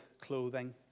clothing